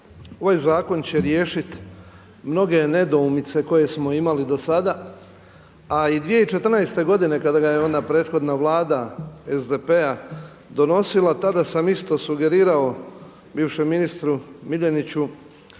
ovaj zakon će riješiti mnoge nedoumice koje smo imali do sada, a i 2014. godine kada ga je ona prethodna Vlada SDP-a donosila tada sam isto sugerirao bivšem ministru Miljeniću